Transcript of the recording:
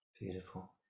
Beautiful